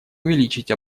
увеличить